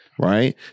right